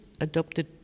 adopted